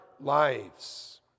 lives